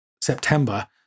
September